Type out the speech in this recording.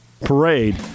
parade